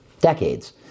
decades